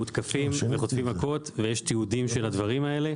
מותקפים וחוטפים מכות, ויש תיעוד של הדברים האלה,